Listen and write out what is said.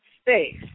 space